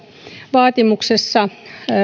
vaatimuksessa